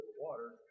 water